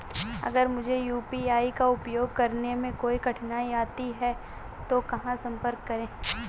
अगर मुझे यू.पी.आई का उपयोग करने में कोई कठिनाई आती है तो कहां संपर्क करें?